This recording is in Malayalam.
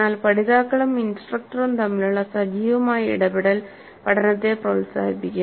എന്നാൽ പഠിതാക്കളും ഇൻസ്ട്രക്ടറും തമ്മിലുള്ള സജീവമായ ഇടപെടൽ പഠനത്തെ പ്രോത്സാഹിപ്പിക്കും